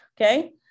Okay